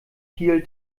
viel